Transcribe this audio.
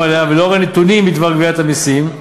עליה ולאור הנתונים בדבר גביית המסים,